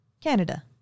Canada